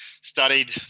studied